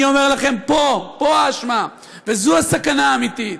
אני אומר לכם: פה, פה האשמה, וזו הסכנה האמיתית.